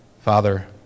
Father